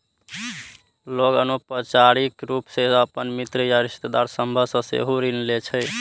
लोग अनौपचारिक रूप सं अपन मित्र या रिश्तेदार सभ सं सेहो ऋण लै छै